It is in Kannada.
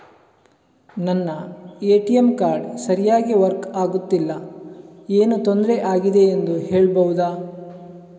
ನನ್ನ ಎ.ಟಿ.ಎಂ ಕಾರ್ಡ್ ಸರಿಯಾಗಿ ವರ್ಕ್ ಆಗುತ್ತಿಲ್ಲ, ಏನು ತೊಂದ್ರೆ ಆಗಿದೆಯೆಂದು ಹೇಳ್ಬಹುದಾ?